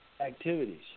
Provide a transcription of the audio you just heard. activities